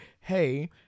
hey